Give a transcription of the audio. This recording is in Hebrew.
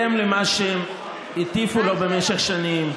בהתאם למה שהם הטיפו לו במשך שנים,